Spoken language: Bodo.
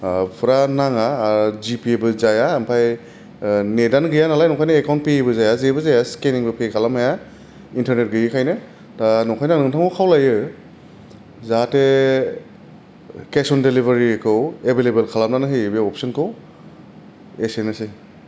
फुरा नाङा जि फे बो जाया आमफ्राय नेथानो गैया नालाय नंखायनो एखावनथ फे बो जाया जेबो जाया सिखेनिं बो फे खालामनो हाया इनथारनेथ गैयिखायनो दा ओंखायनो आं नोंथांखौ खावलायो जाहाथे खेस अन दिलिभारि खौ एबाइलेबल खालामनानै होयो बे अफसनखौ एसेनोसै